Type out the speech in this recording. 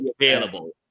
available